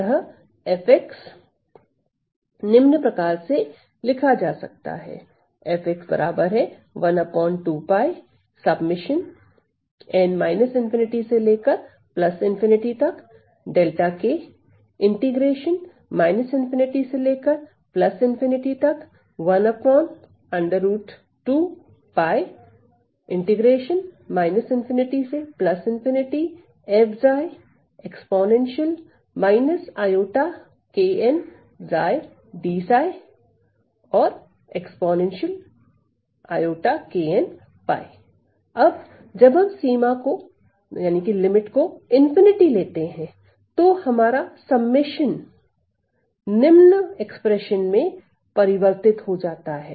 अतः f निम्न प्रकार से लिखा जाता है अब जब हम सीमा को ∞ लेते हैं तो हमारा संकलन निम्न व्यंजक में परिवर्तित हो जाता है